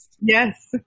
Yes